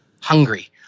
Hungry